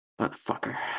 Motherfucker